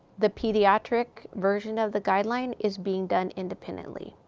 the pediatric version of the guideline is being done independently.